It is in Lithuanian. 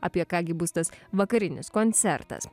apie ką gi bus tas vakarinis koncertas